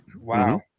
Wow